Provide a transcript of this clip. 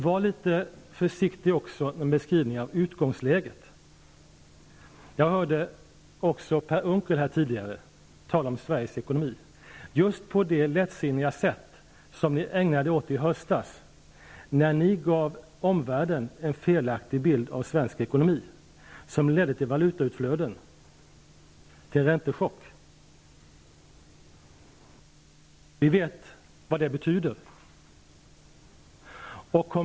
Var litet försiktiga i er beskrivning av utgångsläget! Jag hörde Per Unckel tidigare tala om Sveriges ekonomi på det lättsinniga sätt som ni gjorde i höstas, när ni gav omvärlden en felaktig bild av svensk ekonomi, något som sedan ledde till valutautflöde och räntechocker. Vi vet vad det betyder.